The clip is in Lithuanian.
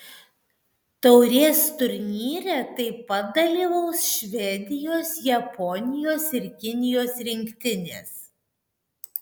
taurės turnyre taip pat dalyvaus švedijos japonijos ir kinijos rinktinės